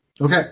okay